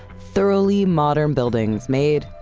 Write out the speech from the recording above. thoroughly modern buildings made,